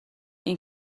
این